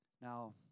Now